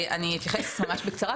אני אתייחס ממש בקצרה,